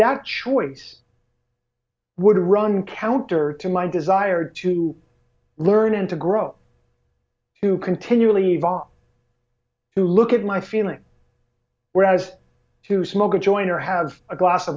that choice would run counter to my desire to learn and to grow to continually evolve to look at my feeling whereas to smoke a joint or have a glass of